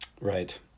Right